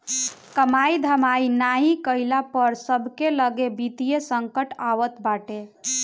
कमाई धमाई नाइ कईला पअ सबके लगे वित्तीय संकट आवत बाटे